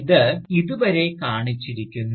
ഇത് ഇതുവരെ കാണിച്ചിരിക്കുന്നു